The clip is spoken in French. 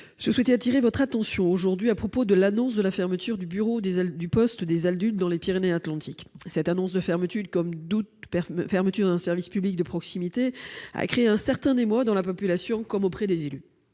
Je souhaite attirer l'attention du Gouvernement à propos de l'annonce de la fermeture du bureau de poste des Aldudes, dans les Pyrénées-Atlantiques. Cette annonce de fermeture, comme pour toute fermeture d'un service public de proximité, a créé un certain émoi au sein de la population et parmi les élus.